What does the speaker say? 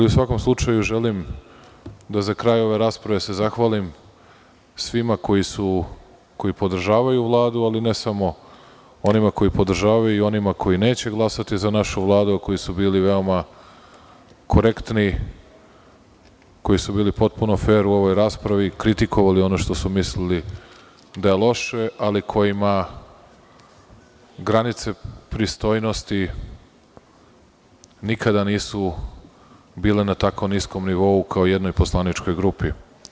U svakom slučaju, želim da za kraj ove rasprave zahvalim svima koji podržavaju Vladu, ali ne samo onima koji podržavaju i onima koji neće glasati za našu Vladu, a koji su bili veoma korektni, koji su bili potpuno fer u ovoj raspravi, kritikovali ono što su mislili da je loše, ali kojima granice pristojnosti nikada nisu bile na tako niskom nivou kao jednoj poslaničkoj grupi.